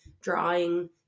drawing